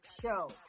show